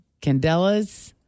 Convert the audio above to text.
candelas